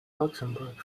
luxemburg